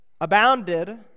abounded